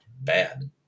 bad